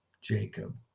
Jacob